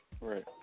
Right